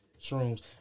shrooms